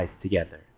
Together